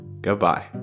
Goodbye